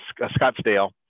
Scottsdale